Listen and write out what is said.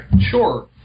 Sure